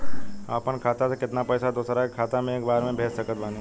हम अपना खाता से केतना पैसा दोसरा के खाता मे एक बार मे भेज सकत बानी?